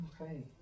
Okay